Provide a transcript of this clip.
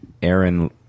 Aaron